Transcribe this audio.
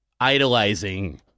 idolizing